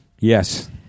Yes